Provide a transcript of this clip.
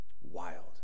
Wild